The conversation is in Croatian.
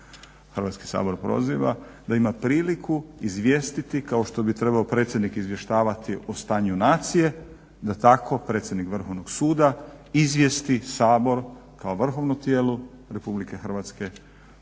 Hrvatski sabor proziva, da ima priliku izvijestiti kao što bi trebao predsjednik izvještavati o stanju nacije da tako predsjednik Vrhovnog suda izvijesti Sabor kao vrhovno tijelo Republike Hrvatske